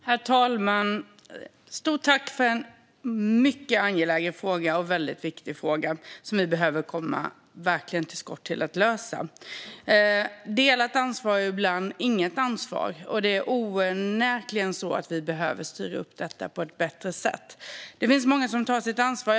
Herr talman! Stort tack för en mycket angelägen och väldigt viktig fråga! Vi behöver verkligen komma till skott med att lösa detta. Delat ansvar är ibland inget ansvar. Det är onekligen så att vi behöver styra upp detta på ett bättre sätt, men det finns många som tar sitt ansvar.